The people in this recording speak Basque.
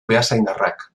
beasaindarrak